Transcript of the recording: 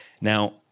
Now